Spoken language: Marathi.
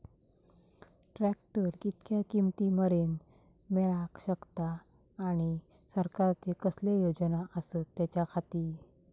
ट्रॅक्टर कितक्या किमती मरेन मेळाक शकता आनी सरकारचे कसले योजना आसत त्याच्याखाती?